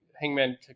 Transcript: hangman